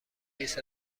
بیست